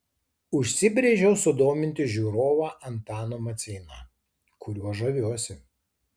užsibrėžiau sudominti žiūrovą antanu maceina kuriuo žaviuosi